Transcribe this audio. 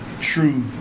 true